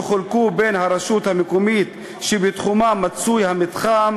יחולקו בין הרשות המקומית שבתחומה מצוי המתחם